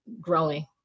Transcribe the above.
growing